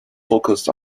focused